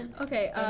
Okay